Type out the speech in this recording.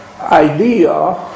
idea